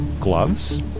gloves